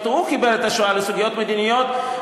הוא חיבר את השואה לסוגיות מדיניות,